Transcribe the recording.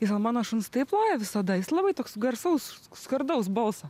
jis ant mano šuns taip loja visada jis labai toks garsaus skardaus balso